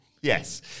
Yes